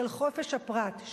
של חופש הפרט,